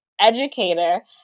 educator